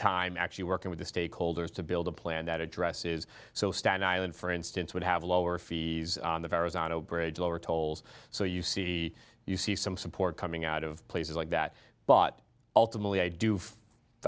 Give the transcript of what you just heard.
time actually working with the stakeholders to build a plan that addresses so staten island for instance would have lower fees on the verrazano bridge lower tolls so you see you see some support coming out of places like that but ultimately i do feel